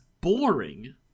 boring